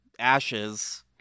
Ashes